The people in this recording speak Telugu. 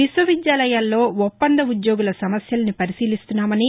విశ్వవిద్యాలయాల్లో ఒప్పంద ఉద్యోగుల సమస్యల్ని పరిశీలిస్తున్నామని